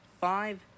five